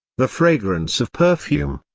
the fragrance of perfume,